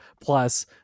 plus